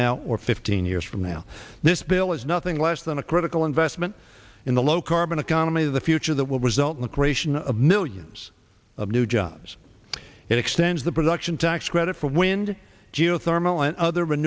now or fifteen years from now this bill is nothing less than a critical investment in the low carbon economy of the future that will result in the creation of millions of new jobs it extends the production tax credit for wind geothermal and other